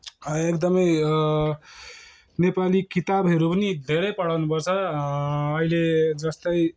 एकदमै नेपाली किताबहरू पनि धेरै पढाउनु पर्छ अहिले जस्तै